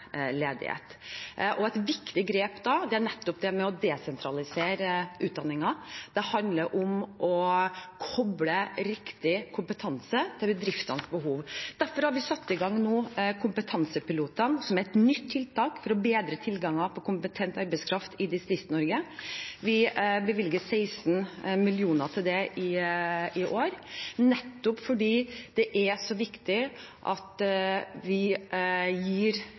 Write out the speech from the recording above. Et viktig grep i den forbindelse er å desentralisere utdanninger. Det handler om å koble riktig kompetanse til bedriftenes behov. Derfor har vi nå satt i gang Kompetansepiloter, som er et nytt tiltak for å bedre tilgangen på kompetent arbeidskraft i Distrikts-Norge. Vi bevilger 16 mill. kr til det i år, nettopp fordi det er så viktig at vi gir